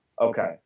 Okay